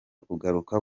kugaruka